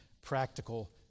practical